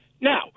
Now